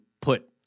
put